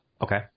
okay